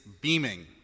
beaming